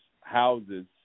houses